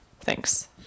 Thanks